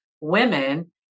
women